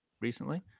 recently